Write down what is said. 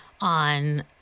on